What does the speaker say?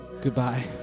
Goodbye